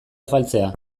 afaltzea